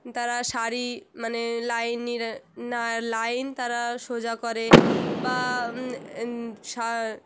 তারা সারি মানে লাইন না লাইন তারা সোজা করে বা